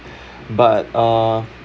but uh